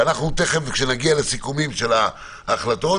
ותיכף כשנגיע לסיכומים של ההחלטות,